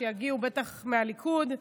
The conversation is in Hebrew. שיגיעו בטח מהליכוד,